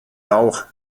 bauch